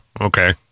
okay